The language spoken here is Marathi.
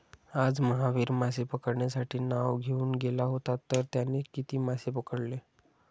आज महावीर मासे पकडण्यासाठी नाव घेऊन गेला होता तर त्याने किती मासे पकडले?